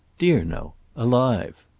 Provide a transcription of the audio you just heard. dear no. alive.